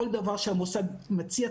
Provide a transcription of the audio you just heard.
‏כל דבר שהמוסד מציע,